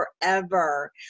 forever